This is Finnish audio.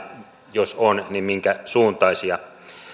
jos on niin minkäsuuntaisia